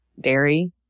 dairy